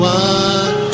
one